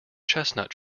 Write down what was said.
chestnut